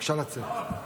בבקשה לצאת.